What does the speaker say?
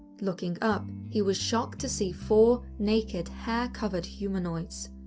looking up, he was shocked to see four, naked, hair-covered humanoids.